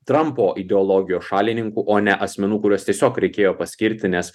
trampo ideologijos šalininkų o ne asmenų kuriuos tiesiog reikėjo paskirti nes